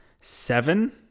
seven